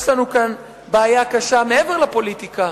יש לנו כאן בעיה קשה מעבר לפוליטיקה: